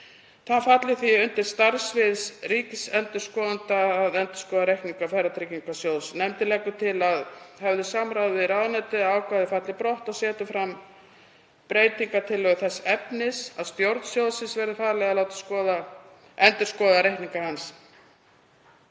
Það falli því utan starfssviðs ríkisendurskoðanda að endurskoða reikninga Ferðatryggingasjóðs. Nefndin leggur til að höfðu samráði við ráðuneytið að ákvæðið falli brott og leggur fram breytingartillögu þess efnis að stjórn sjóðsins verði falið að láta endurskoða reikninga hans.